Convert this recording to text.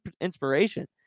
inspiration